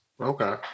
okay